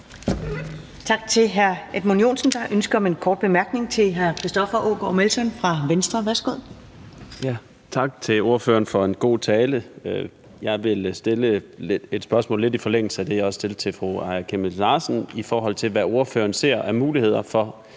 Tak til hr. Edmund Joensen. Der er ønske om en kort bemærkning fra hr. Christoffer Aagaard Melson fra Venstre. Værsgo. Kl. 15:51 Christoffer Aagaard Melson (V): Tak til ordføreren for en god tale. Jeg vil stille et spørgsmål lidt i forlængelse af det, jeg også stillede til fru Aaja Chemnitz Larsen, nemlig i forhold til hvad ordføreren ser af muligheder for,